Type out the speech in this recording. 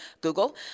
Google